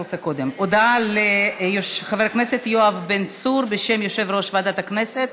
הודעה לחבר הכנסת יואב בן צור בשם יושב-ראש ועדת הכנסת.